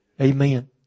Amen